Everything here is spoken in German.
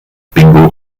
bingo